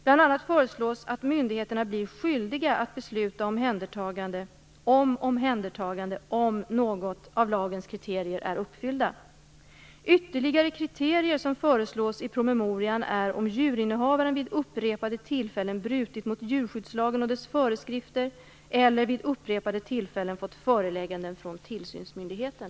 Bl.a. föreslås att myndigheterna blir skyldiga att besluta om omhändertagande om något av lagens kriterier är uppfyllda. Ytterligare kriterier som föreslås i promemorian är om djurinnehavaren vid upprepade tillfällen brutit mot djurskyddslagen och dess föreskrifter eller vid upprepade tillfällen fått förelägganden från tillsynsmyndigheten.